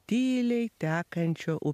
tyliai tekančio